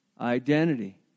identity